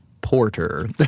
Porter